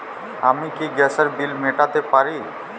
আমি কি গ্যাসের বিল মেটাতে পারি?